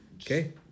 Okay